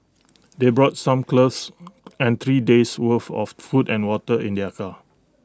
they brought some clothes and three days' worth of food and water in their car